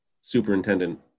superintendent